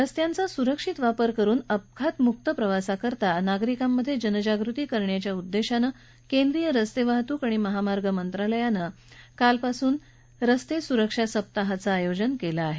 रस्त्यांचा सुरक्षित वापर करुन अपघात मुक्त प्रवासाकरता नागरिकांमध्ये जनजागृती करण्याच्या उद्देशानं केंद्रीय रस्ते वाहतूक आणि महामार्ग मंत्रालयानं आजपासून रस्ते सुरक्षा सत्पाहायं आयोजन केलं आहे